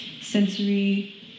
sensory